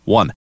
one